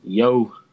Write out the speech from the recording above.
Yo